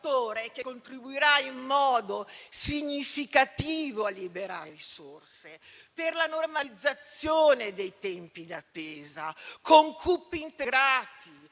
che contribuirà in modo significativo a liberare risorse per la normalizzazione dei tempi d'attesa con CUP integrati,